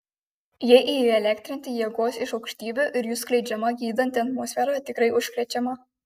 jie įelektrinti jėgos iš aukštybių ir jų skleidžiama gydanti atmosfera tikrai užkrečiama